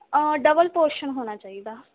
double portion ਹੋਣਾ ਚਾਹੀਦਾ